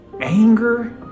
anger